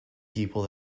people